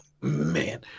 man